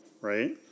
right